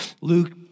Luke